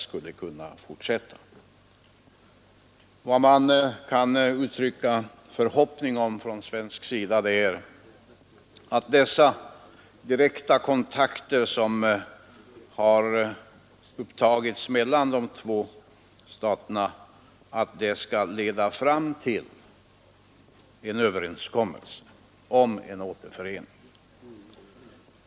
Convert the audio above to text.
Vad man från svensk sida kan uttrycka förhoppningar om är att de direkta kontakter som har upptagits mellan de båda staterna skall leda fram till en överenskommelse om en återförening.